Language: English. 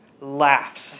laughs